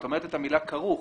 אבל את אומרת את המילה 'כרוך',